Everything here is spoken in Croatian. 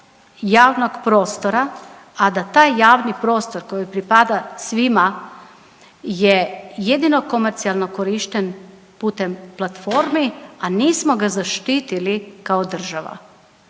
javnog prostora, a da taj javni prostor koji pripada svima je jedino komercijalno korišten putem platformi, a nismo ga zaštitili kao država.